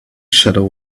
shadow